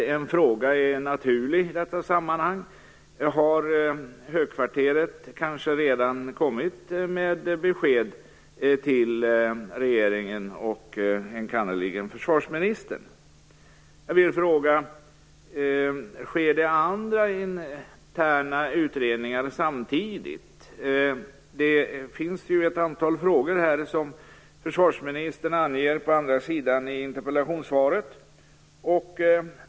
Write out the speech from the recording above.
Har högkvarteret kanske redan kommit med ett besked till regeringen och enkannerligen till försvarsministern? Sker det andra interna utredningar samtidigt? Försvarsministern anger ett antal frågor i interpellationssvaret.